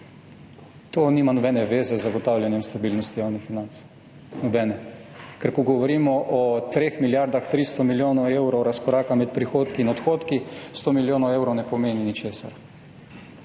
To nima nobene zveze z zagotavljanjem stabilnosti javnih financ, nobene. Ker ko govorimo o 3 milijardah 300 milijonih evrov razkoraka med prihodki in odhodki, 100 milijonov evrov ne pomeni ničesar.